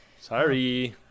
Sorry